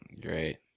Great